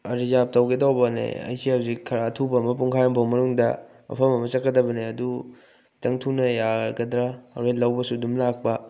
reserve ꯇꯧꯒꯦ ꯇꯧꯕꯅꯦ ꯑꯩꯁꯦ ꯍꯧꯖꯤꯛ ꯈꯔ ꯑꯊꯨꯕ ꯑꯃ ꯄꯨꯡꯈꯥꯏ ꯑꯃ ꯐꯥꯎ ꯃꯅꯨꯡꯗ ꯃꯐꯝ ꯑꯃ ꯆꯠꯀꯗꯕꯅꯦ ꯑꯗꯨ ꯈꯤꯇꯪ ꯊꯨꯅ ꯌꯥꯒꯗ꯭ꯔꯥ ꯍꯣꯔꯦꯅ ꯂꯧꯕꯁꯨ ꯑꯗꯨꯝ ꯂꯥꯛꯄ